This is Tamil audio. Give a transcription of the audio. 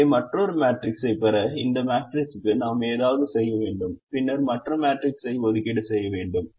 எனவே மற்றொரு மேட்ரிக்ஸைப் பெற இந்த மேட்ரிக்ஸுக்கு நாம் ஏதாவது செய்ய வேண்டும் பின்னர் மற்ற மேட்ரிக்ஸில் ஒதுக்கீடு செய்ய வேண்டும்